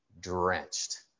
drenched